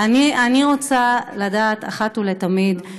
אני רוצה לדעת אחת ולתמיד,